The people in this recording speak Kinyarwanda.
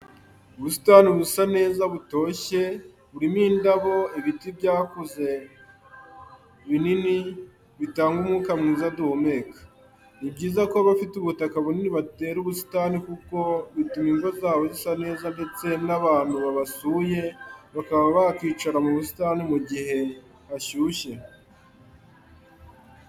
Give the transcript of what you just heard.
Ubusitani busa neza butoshye, burimo indabo, ibiti byakuze binini bitanga umwuka mwiza duhumeka. Ni byiza ko abafite ubutaka bunini batera ubusitani kuko bituma ingo zabo zisa neza ndetse n'abantu babasuye bakaba bakicara mu busitani mu gihe hashyushye.